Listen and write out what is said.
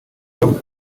babuze